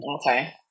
Okay